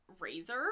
razor